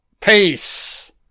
peace